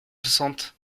soixante